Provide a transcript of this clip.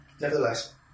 nevertheless